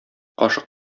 кашык